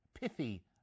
pithy